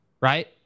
right